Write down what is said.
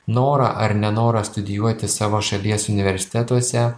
norą ar nenorą studijuoti savo šalies universitetuose